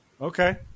Okay